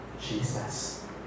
Jesus